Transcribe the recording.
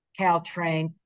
Caltrain